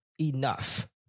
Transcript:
enough